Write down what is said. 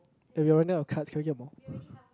eh we are running out of cards can we get more